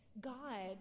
God